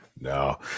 No